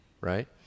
right